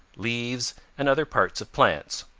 leaves and other parts of plants.